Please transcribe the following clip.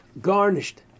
garnished